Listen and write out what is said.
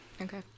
Okay